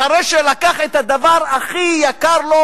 אחרי שלקח את הדבר הכי יקר לו,